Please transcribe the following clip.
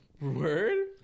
Word